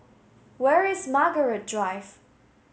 where is Margaret Drive